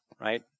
right